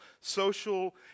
social